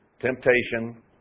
temptation